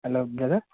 hello brother